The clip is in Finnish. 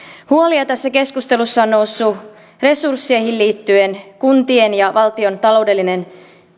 huolia tässä keskustelussa on noussut resursseihin liittyen kuntien ja valtion taloudellinen